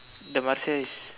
the Marsia is